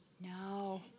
No